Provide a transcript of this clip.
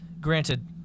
Granted